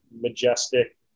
majestic